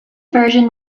version